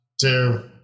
two